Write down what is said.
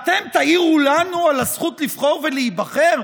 אתם תעירו לנו על הזכות לבחור ולהיבחר?